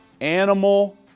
animal